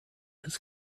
his